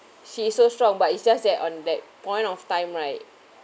he so strong but it's just that on that point of time like